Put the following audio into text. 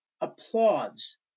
applauds